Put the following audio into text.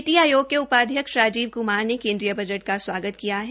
नीति आयोग के उपाध्यक्ष राजीव क्मार ने केनद्रीय बजट का स्वागत किया है